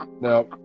Now